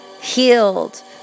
healed